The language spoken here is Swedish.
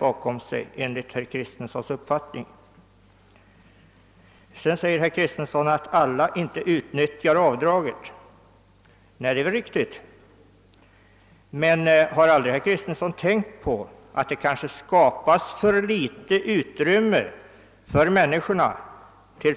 Herr Kristenson sade vidare att alla inte utnyttjar de aktuella avdragen. Ja, det är riktigt. Men har aldrig herr Kristenson tänkt på att det kanske ges för litet utrymme för människorna till